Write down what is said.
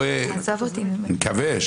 אני מקווה,